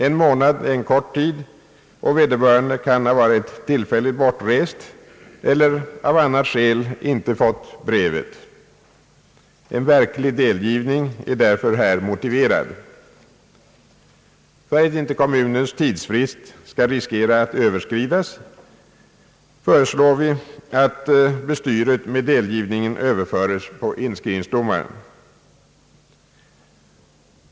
En månad är en kort tid, och vederbörande kan ha varit tillfälligt bortrest eller av annat skäl inte ha fått brevet. Ang. kommunal förköpsrätt till mark En... verklig. delgivning är därför här motiverad. För att inte kommunens tidsfrist skall riskera att överskridas, föreslår vi att bestyret med delgivningen överföres på inskrivningsdomaren.